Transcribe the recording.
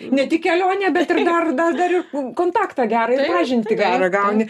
ne tik kelionė bet ir dar dar dar ir kontaktą gerą ir pažintą gerą gauni